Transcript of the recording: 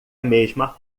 mesma